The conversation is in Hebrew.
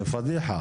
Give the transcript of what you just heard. זו פדיחה.